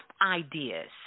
ideas